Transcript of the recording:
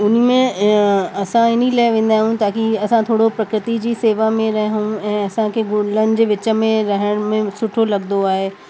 उनमें असां इन लाइ वेंदा आहियूं ताकी असां थोरे प्रकृति जी शेवा में रहू ऐं असांखे गुलनि जे विच में रहण में सुठो लॻंदो आहे